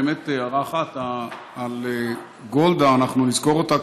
הערה אחת על גולדה: אנחנו נזכור אותה,